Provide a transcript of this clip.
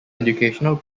educational